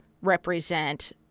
represent